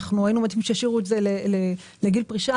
היינו רוצים שישאירו את זה לגיל פרישה